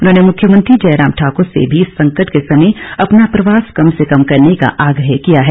उन्होंने मुख्यमंत्री जयराम ठाकुर से भी इस संकट के समय अपना प्रवास कम से कम करने का आग्रह किया है